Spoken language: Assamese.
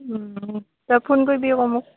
তই ফোন কৰিবি আকৌ মোক